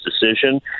decision